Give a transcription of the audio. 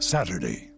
Saturday